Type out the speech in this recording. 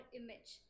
image